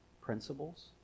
principles